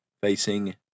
facing